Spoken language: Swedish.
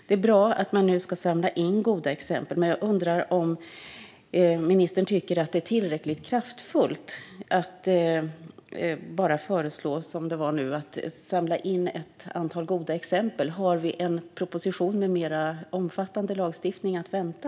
Det är bra att man nu ska samla in goda exempel, men jag undrar om ministern tycker att det är tillräckligt kraftfullt att bara föreslå - som det var nu - att samla in ett antal goda exempel. Har vi en proposition med mer omfattande lagstiftning att vänta?